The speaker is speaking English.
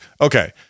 Okay